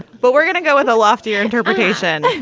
but we're going to go with a loftier interpretation.